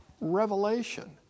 revelation